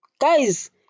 Guys